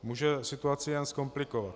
Může situaci jen zkomplikovat.